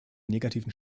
negativen